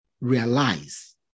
realize